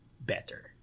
better